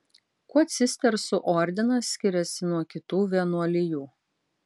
kuo cistersų ordinas skiriasi nuo kitų vienuolijų